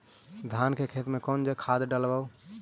धान के खेत में कौन खाद डालबै?